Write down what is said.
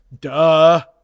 Duh